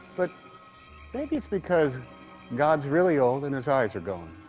but maybe it's because god's really old and his eyes are going.